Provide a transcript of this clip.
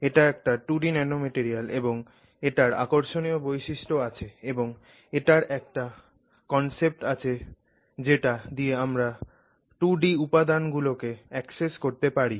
এটা একটা 2 D nanomaterial এবং এটার আকর্ষণীয় বৈশিষ্ট্য আছে এবং এটার একটা কনসেপ্ট আছে যেটা দিয়ে আমরা 2 ডি উপাদান গুলোকে অ্যাক্সেস করতে পারি